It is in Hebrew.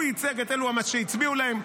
הוא ייצג את אלו שהצביעו להם.